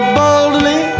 boldly